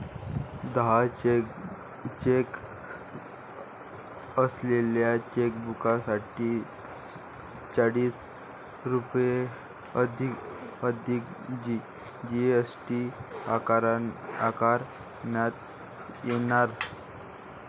दहा चेक असलेल्या चेकबुकसाठी चाळीस रुपये अधिक जी.एस.टी आकारण्यात येणार